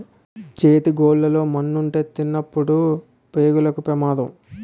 చేతి గోళ్లు లో మన్నుంటే తినినప్పుడు పేగులకు పెమాదం